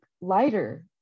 lighter